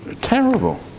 Terrible